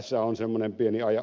tässä on ed